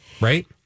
right